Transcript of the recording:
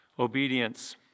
obedience